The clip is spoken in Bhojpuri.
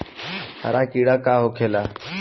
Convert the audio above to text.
हरा कीड़ा का होखे ला?